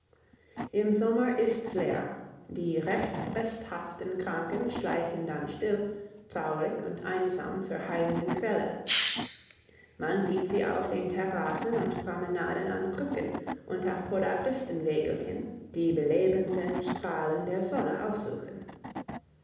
im sommer ist's leer die recht bresthaften kranken schleichen dann still traurig und einsam zur heilenden quelle man sieht sie auf den terrassen und promenaden an krücken und auf podagristenwägelchen die belebenden strahlen der sonne aufsuchen